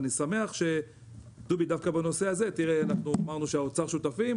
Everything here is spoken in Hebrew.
אני שמח שדווקא בנושא הזה אנחנו והאוצר שותפים.